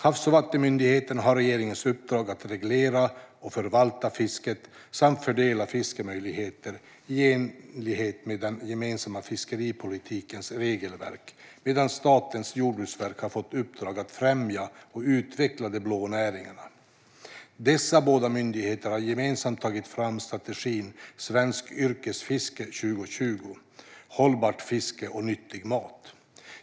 Havs och vattenmyndigheten har regeringens uppdrag att reglera och förvalta fisket samt att fördela fiskemöjligheter i enlighet med den gemensamma fiskeripolitikens regelverk, medan Statens jordbruksverk har fått i uppdrag att främja och utveckla de blå näringarna. Dessa båda myndigheter har gemensamt tagit fram strategin Svenskt yrkesfiske 2020 - hållbart fiske och nyttig mat.